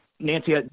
Nancy